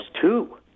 two